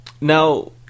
now